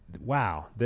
wow